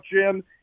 Jim